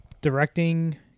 directing